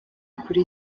kuri